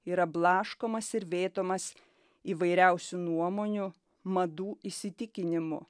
yra blaškomas ir vėtomas įvairiausių nuomonių madų įsitikinimų